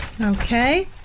Okay